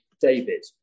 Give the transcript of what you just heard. David